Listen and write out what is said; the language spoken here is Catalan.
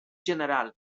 general